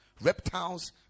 reptiles